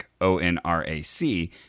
O-N-R-A-C